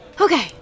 Okay